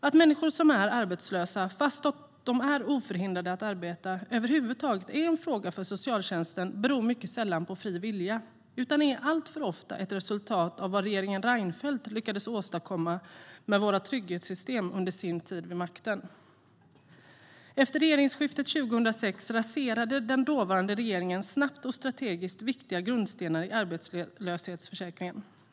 Att människor som är arbetslösa, fast de är oförhindrade att arbeta, över huvud taget är en fråga för socialtjänsten beror mycket sällan på fri vilja utan är alltför ofta ett resultat av vad regeringen Reinfeldt lyckades åstadkomma med våra trygghetssystem under sin tid vid makten. Efter regeringsskiftet 2006 raserade den dåvarande regeringen snabbt och strategiskt viktiga grundstenar i arbetslöshetsförsäkringen.